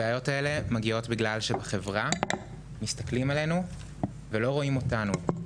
הבעיות האלה מגיעות בגלל שבחברה מסתכלים עלינו ולא רואים אותנו.